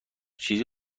چیزی